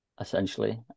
essentially